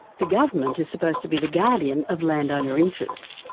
the government is supposed to be the guardian of landowner interests,